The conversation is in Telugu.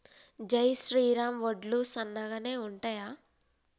జై శ్రీరామ్ వడ్లు సన్నగనె ఉంటయా?